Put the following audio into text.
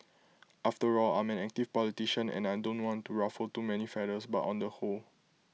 after all I'm an active politician and I don't want to ruffle too many feathers but on the whole